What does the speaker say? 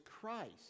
Christ